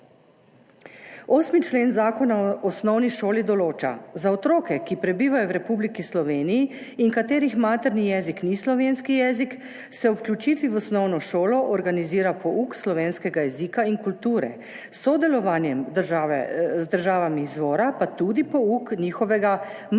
8. člen Zakona o osnovni šoli določa: »Za otroke, ki prebivajo v Republiki Sloveniji in katerih materni jezik ni slovenski jezik, se ob vključitvi v osnovno šolo organizira pouk slovenskega jezika in kulture, s sodelovanjem z državami izvora pa tudi pouk njihovega maternega jezika